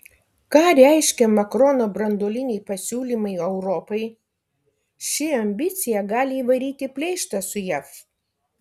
ką reiškia makrono branduoliniai pasiūlymai europai ši ambicija gali įvaryti pleištą su jav